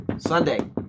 Sunday